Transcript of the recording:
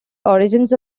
origins